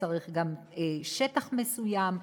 צריך גם שטח מסוים,